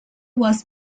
was